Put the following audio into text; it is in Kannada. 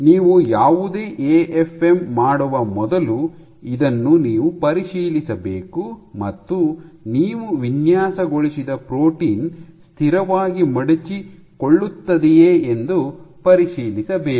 ನೀವು ಯಾವುದೇ ಎಎಫ್ಎಂ ಮಾಡುವ ಮೊದಲು ಇದನ್ನು ನೀವು ಪರಿಶೀಲಿಸಬೇಕು ಮತ್ತು ನೀವು ವಿನ್ಯಾಸಗೊಳಿಸಿದ ಪ್ರೋಟೀನ್ ಸ್ಥಿರವಾಗಿ ಮಡಚಿಕೊಳ್ಳುತ್ತದೆಯೇ ಎಂದು ಪರಿಶೀಲಿಸಬೇಕು